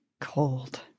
cold